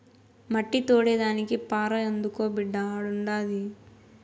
మట్టి తోడేదానికి పార అందుకో బిడ్డా ఆడుండాది